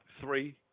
three